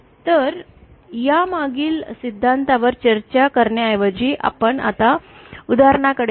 तर यामागील सिद्धांतावर चर्चा करण्याऐवजी आपण आता उदाहरणाकडे जाऊ